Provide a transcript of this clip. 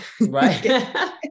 right